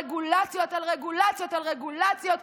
רגולציות על רגולציות על רגולציות,